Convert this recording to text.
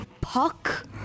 Puck